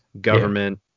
government